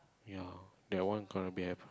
ya that one gonna be have